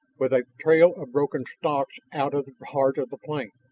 with a trail of broken stalks out of the heart of the plain.